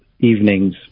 Evenings